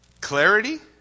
clarity